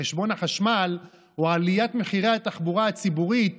בחשבון החשמל או עליית מחירי התחבורה הציבורית